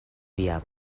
via